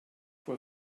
were